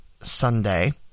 Sunday